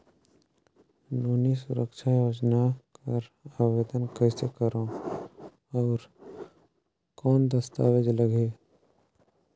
नोनी सुरक्षा योजना कर आवेदन कइसे करो? और कौन दस्तावेज लगही?